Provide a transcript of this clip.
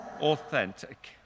authentic